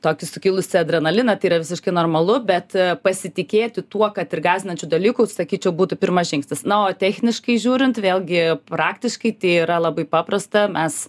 tokį sukilusį adrenaliną tai yra visiškai normalu bet pasitikėti tuo kad ir gąsdinančiu dalyku sakyčiau būtų pirmas žingsnis na o techniškai žiūrint vėlgi praktiškai tai yra labai paprasta mes